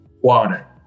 water